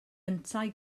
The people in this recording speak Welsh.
yntau